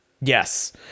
Yes